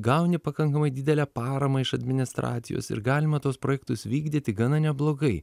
gauni pakankamai didelę paramą iš administracijos ir galima tuos projektus vykdyti gana neblogai